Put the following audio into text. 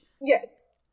Yes